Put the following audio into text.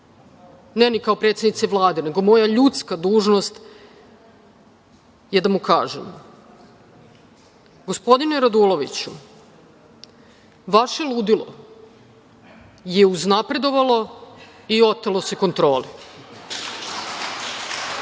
ne kao predsednice Vlade, nego je moja ljudska dužnost da mu kažem – gospodine Raduloviću, vaše ludilo je uznapredovalo i otelo se kontroli. To